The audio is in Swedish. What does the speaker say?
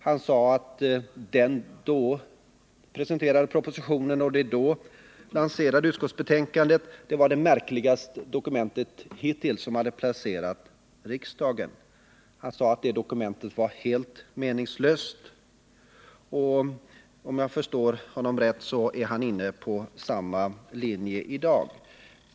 Han sade att den då presenterade propositionen och det då lanserade utskottsbetänkandet var det märkligaste dokumentet hittills som hade passerat riksdagen. Han sade att dokumentet var helt meningslöst, och om jag förstår honom rätt är han inne på samma linje i dag.